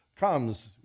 comes